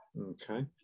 Okay